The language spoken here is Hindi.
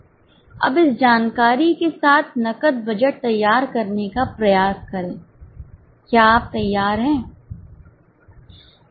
अब इस जानकारी के साथ नकद बजट तैयार करने का प्रयास करें क्या आप तैयार हैं